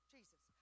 Jesus